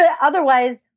Otherwise